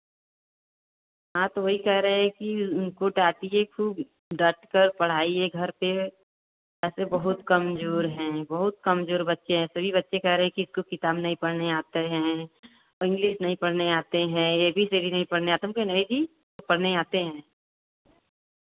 हाँ तो वही कह रहे हैं कि उनको तो आती है खुद डट कर पढ़ाई घर पर तो बहुत कमज़ोर हैं बहुत कमज़ोर बच्चे सभी बच्चे कह रहें कि इसको किताब नहीं पढ़ने आते हैं इंग्लिश नहीं पढ़ने आते हैं ए बी सी डी नहीं पढ़ने आते हैं तो अंग्रेजी पढ़ने आते हैं